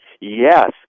Yes